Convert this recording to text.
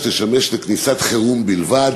לרכב חירום בלבד.